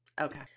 Okay